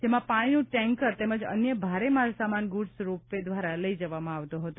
જેમાં પાણીનું ટેન્કર તેમજ અન્ય ભારે માલસામાન ગુડસ રોપ વે દ્વારા લઇ જઇમાં આવતો હતો